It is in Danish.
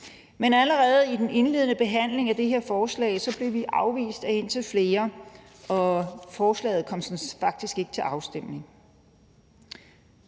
men allerede i den indledende behandling af det forslag, blev vi afvist af indtil flere, og forslaget kom faktisk ikke til afstemning.